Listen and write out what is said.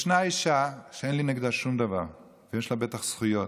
יש אישה שאין לי נגדה שום דבר, בטח שיש לה זכויות,